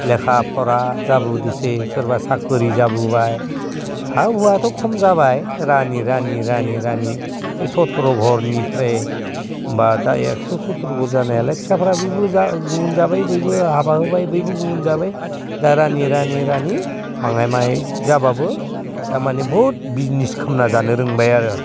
लेखा फरा जाबोदोंसै सोरबा साख्रि जाबोबाय हा हुआथ' खम जाबोबाय रानै रानै रानै रानै बे सथ्र' घरनिफ्राय होम्बा दा एगस' सथ्र' घर जानायालाय फिसाफ्र बयबो गुबुन जाबाय बयबो हाबा जाबाय बैबो गुबुन जाबाय दाना रानै रानै रानै बाङाइङाइ जाबाबो दा माने बहुद बिजनेस खालामनो रोंबाय आरो